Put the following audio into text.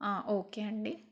okay అండి